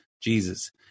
Jesus